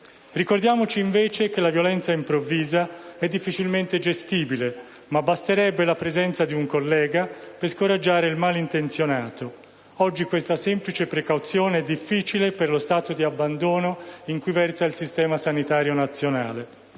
Ricordiamo invece che la violenza improvvisa è difficilmente gestibile, ma anche che basterebbe la presenza di un collega per scoraggiare il malintenzionato. Oggi questa semplice precauzione è difficile da mettere in pratica, a causa dello stato di abbandono in cui versano il Sistema sanitario nazionale